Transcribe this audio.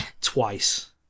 twice